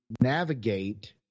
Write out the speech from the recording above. navigate